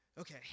Okay